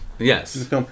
yes